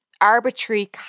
arbitrary